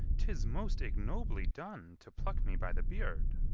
tis most ignobly done to pluck me by the beard.